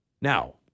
Now